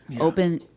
open